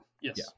Yes